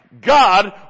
God